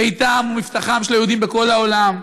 ביתם ומבטחם של היהודים בכל העולם.